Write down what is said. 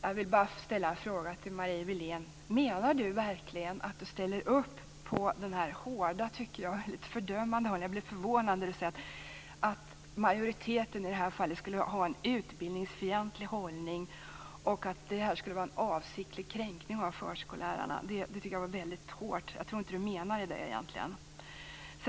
Jag vill bara ställa frågan till Marie Wilén om hon verkligen ställer upp på det litet fördömande och hårda när hon säger att majoriteten i det här fallet skulle ha en utbildningsfientlig hållning och att det skulle vara fråga om en avsiktlig kränkning av förskollärarna. Det tycker jag var väldigt hårt. Jag tror inte att hon menade det egentligen.